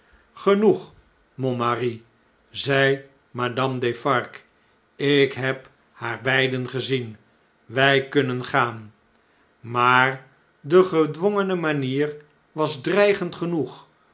genoeg mon mari zei madame defarge ik heb haar beiden gezien wjj kunnen gaan maar de gedwongene manier was dreigend genoeg